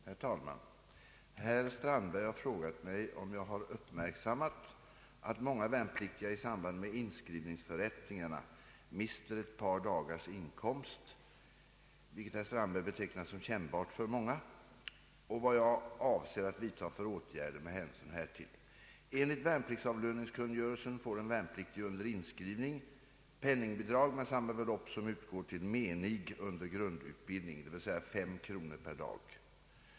Herr talman! Herr Strandberg har frågat mig om jag har uppmärksammat att många värnpliktiga i samband med inskrivningsförrättningarna mister ett par dagars inkomst — vilket herr Strandberg betecknar som kännbart för många — och vad jag avser att vidta för åtgärder med hänsyn härtill. Enligt värnpliktsavlöningskungörelsen får en värnpliktig under inskrivning penningbidrag med samma belopp som utgår till menig under grundutbildning, d.v.s. fem kronor per dag.